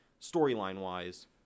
storyline-wise